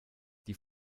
die